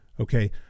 Okay